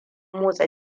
motsa